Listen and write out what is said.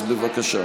אז בבקשה.